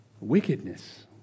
wickedness